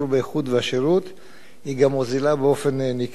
גם מוזילה באופן ניכר, בסוגריים כתוב: בחצי,